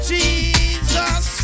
Jesus